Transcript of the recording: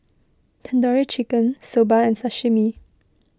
Tandoori Chicken Soba and Sashimi